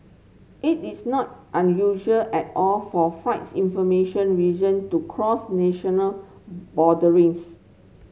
it is not unusual at all for flights information region to cross national boundaries